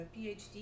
PhD